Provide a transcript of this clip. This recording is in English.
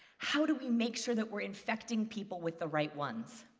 how do we make sure that we are infecting people with the right ones?